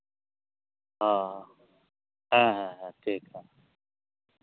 ᱦᱮᱸ ᱦᱮᱸ ᱦᱮᱸ ᱴᱷᱤᱠ ᱦᱮᱸ